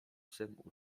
uczynku